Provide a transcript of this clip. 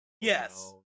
yes